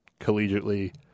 collegiately